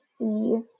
see